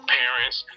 parents